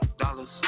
dollars